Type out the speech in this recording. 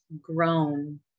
grown